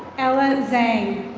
ellen zhang.